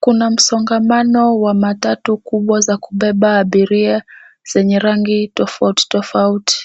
Kuna msongamano wa matatu kubwa za kubeba abiria, zenye rangi tofauti tofauti.